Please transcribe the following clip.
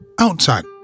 outside